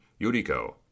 Yuriko